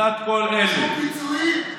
שום פיצויים לעצמאים?